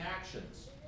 actions